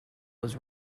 was